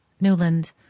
Newland